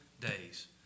days